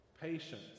patience